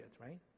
right